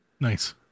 Nice